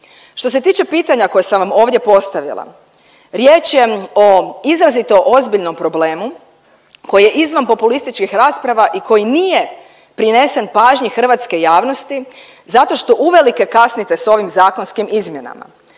Što se tiče pitanja koje sam ovdje postavila riječ je o izrazito ozbiljnom problemu koji je izvan populističkih rasprava i koji nije prinesen pažnji hrvatske javnosti zato što uvelike kasnite sa ovim zakonskim izmjenama,